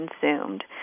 consumed